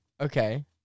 Okay